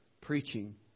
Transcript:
preaching